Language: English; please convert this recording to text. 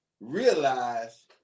realize